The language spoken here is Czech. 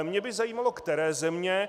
Mě by zajímalo které země.